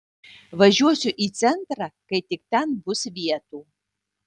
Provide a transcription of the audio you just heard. važiuosiu į centrą kai tik ten bus vietų